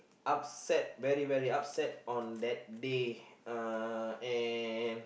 upset very very upset on that day uh and